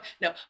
No